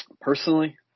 Personally